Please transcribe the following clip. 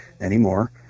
anymore